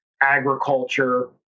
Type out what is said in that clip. agriculture